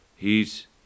hes